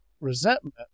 resentment